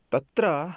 तत्र